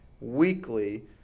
weekly